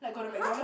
!huh!